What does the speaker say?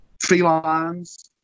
felines